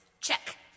check